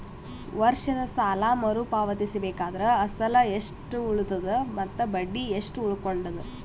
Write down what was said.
ವರ್ಷದ ಸಾಲಾ ಮರು ಪಾವತಿಸಬೇಕಾದರ ಅಸಲ ಎಷ್ಟ ಉಳದದ ಮತ್ತ ಬಡ್ಡಿ ಎಷ್ಟ ಉಳಕೊಂಡದ?